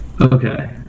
Okay